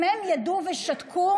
אם הם ידעו ושתקו,